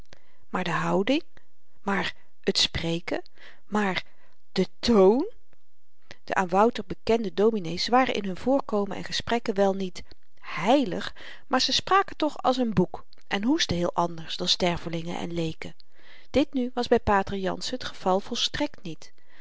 maar de houding maar t spreken maar de toon de aan wouter bekende dominees waren in hun voorkomen en gesprekken wel niet heilig maar ze spraken toch als n boek en hoestten heel anders dan stervelingen en leeken dit nu was by pater jansen t geval volstrekt niet